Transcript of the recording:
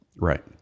Right